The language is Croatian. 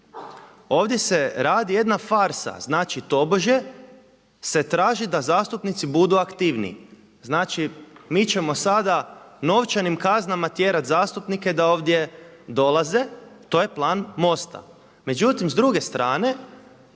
ovdje se radi jedna farsa, znači tobože se traži da zastupnici budu aktivniji, znači mi ćemo sada novčanim kaznama tjerati zastupnike da ovdje dolaze to je plan MOST-a. Međutim s druge strane